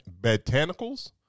botanicals